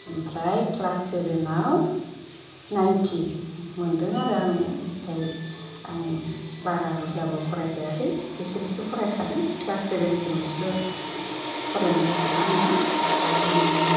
ओमफ्राय क्लास सेभेनाव नाइन्टि मोन्दों आरो आङो ओमफ्राय आं बारा बुरजाबो फरायखायाखै एसेल'सो फरायखादों क्लास सेभनसिमल'सो फरायनाय जाखादों आङो ओमफ्राय आङो